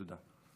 תודה.